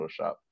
photoshop